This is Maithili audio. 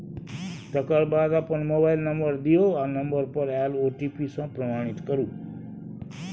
तकर बाद अपन मोबाइल नंबर दियौ आ नंबर पर आएल ओ.टी.पी सँ प्रमाणित करु